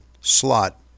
slot